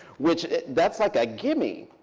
which that's like a gimme.